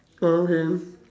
oh okay